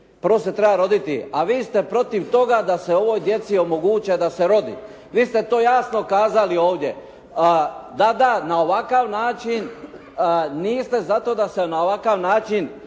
Prvo se treba roditi. A vi ste protiv toga da se ovoj djeci omogući da se rodi. Vi ste to jasno kazali ovdje. … /Govornik se ne razumije./ … da, na ovakav način, niste zato da se na ovakav način